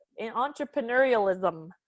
entrepreneurialism